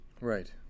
Right